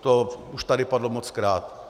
To už tady padlo mockrát.